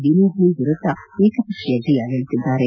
ವಿನೋಧಿನಿ ವಿರುದ್ದ ಏಕಪಕ್ಷೀಯ ಜಯ ಗಳಿಸಿದ್ದಾರೆ